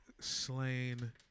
slain